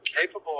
capable